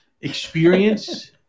experience